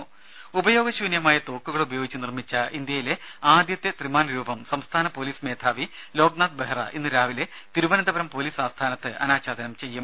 രുര ഉപയോഗശൂന്യമായ തോക്കുകൾ ഉപയോഗിച്ച് നിർമ്മിച്ച ഇന്ത്യയിലെ ആദ്യത്തെ ത്രിമാനരൂപം സംസ്ഥാന പോലീസ് മേധാവി ലോക്നാഥ് ബെഹ്റ ഇന്നു രാവിലെ തിരുവനന്തപുരം പോലീസ് ആസ്ഥാനത്ത് അനാച്ഛാദനം ചെയ്യും